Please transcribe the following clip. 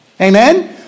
Amen